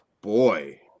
boy